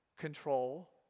control